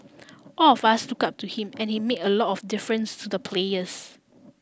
all of us look up to him and he made a lot of difference to the players